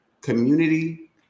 community